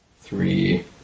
three